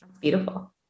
Beautiful